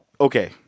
okay